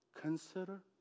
consider